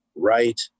right